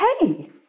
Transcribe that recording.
Hey